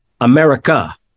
America